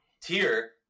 tier